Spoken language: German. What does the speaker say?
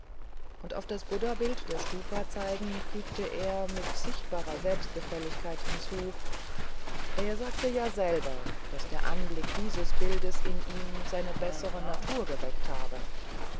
und auf das buddhabild der stupa zeigend fügte er mit sichtbarer selbstgefälligkeit hinzu er sagte ja selber daß der anblick dieses bildes in ihm seine bessere natur geweckt habe